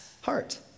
heart